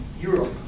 Europe